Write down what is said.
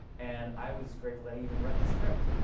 and i was grateful that he even read the script.